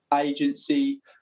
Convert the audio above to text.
agency